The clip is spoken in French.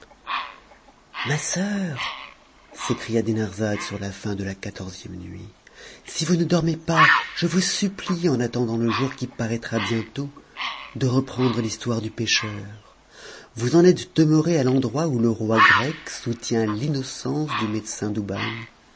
ma soeur s'écria dinarzade sur la fin de la quatorzième nuit si vous ne dormez pas je vous supplie en attendant le jour qui paraîtra bientôt de reprendre l'histoire du pêcheur vous en êtes demeurée à l'endroit où le roi grec soutient l'innocence du médecin douban